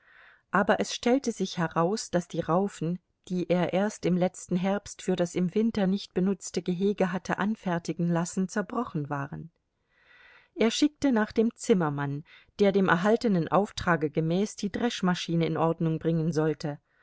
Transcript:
aber es stellte sich heraus daß die raufen die er erst im letzten herbst für das im winter nicht benutzte gehege hatte anfertigen lassen zerbrochen waren er schickte nach dem zimmermann der dem erhaltenen auftrage gemäß die dreschmaschine in ordnung bringen sollte